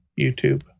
YouTube